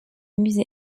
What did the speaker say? musée